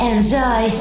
Enjoy